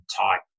type